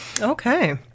Okay